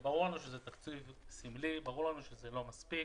ברור לנו שזה תקציב סמלי, ברור לנו שזה לא מספיק